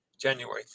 January